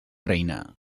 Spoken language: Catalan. reina